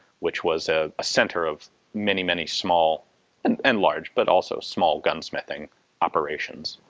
which was a centre of many, many small and and large, but also small gunsmithing operations.